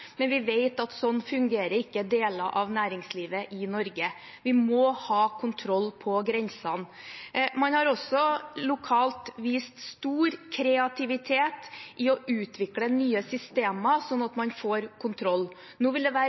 men vi vet at sånn fungerer ikke deler av næringslivet i Norge. Vi må ha kontroll på grensen. Man har også lokalt vist stor kreativitet ved å utvikle nye systemer, slik at man får kontroll. Nå vil det være